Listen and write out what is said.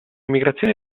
migrazioni